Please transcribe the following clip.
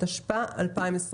התשפ"א-2021.